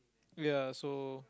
ya so